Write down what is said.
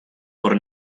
por